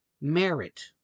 Merit